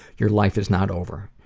your life is not over.